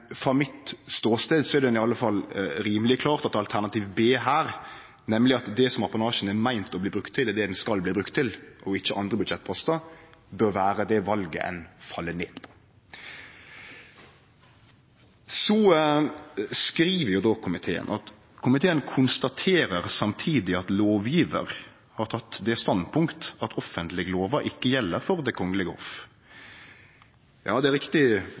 frå min ståstad er det i alle fall rimeleg klart at alternativ A, nemleg at det som apanasjen er meint å bli brukt til, er det som han skal bli brukt til, og ikkje til andre budsjettpostar, bør vere det valet ein fell ned på. Komiteen skriv: «Komiteen konstaterer samtidig at lovgiver har tatt det standpunkt at offentleglova ikke gjelder for Det kongelige hoff.» Ja, det er riktig